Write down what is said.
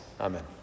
Amen